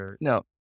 No